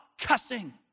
cussing